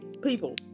people